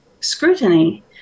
scrutiny